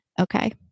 okay